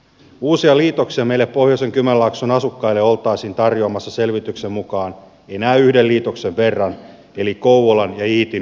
uusia liitoksia meille pohjoisen kymenlaakson asukkaille oltaisiin tarjoamassa selvityksen mukaan enää yhden liitoksen verran eli kouvolan ja iitin yhdistämistä